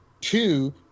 Two